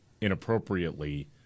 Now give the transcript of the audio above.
inappropriately